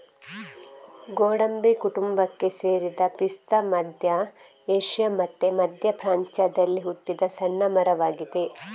ಗೋಡಂಬಿ ಕುಟುಂಬಕ್ಕೆ ಸೇರಿದ ಪಿಸ್ತಾ ಮಧ್ಯ ಏಷ್ಯಾ ಮತ್ತೆ ಮಧ್ಯ ಪ್ರಾಚ್ಯದಲ್ಲಿ ಹುಟ್ಟಿದ ಸಣ್ಣ ಮರವಾಗಿದೆ